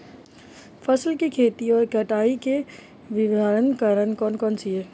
फसल की खेती और कटाई के विभिन्न चरण कौन कौनसे हैं?